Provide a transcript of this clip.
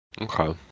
Okay